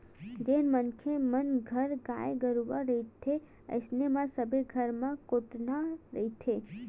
जेन मनखे मन घर गाय गरुवा रहिथे अइसन म सबे घर म कोटना रहिथे